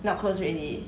not close already